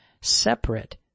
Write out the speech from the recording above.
separate